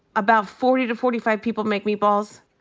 about forty to forty five people make meatballs.